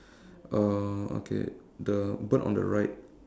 uh okay the bird on the right